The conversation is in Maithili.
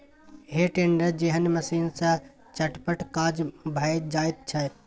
हे टेडर जेहन मशीन सँ चटपट काज भए जाइत छै